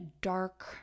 dark